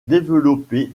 développer